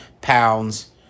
pounds